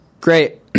Great